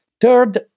third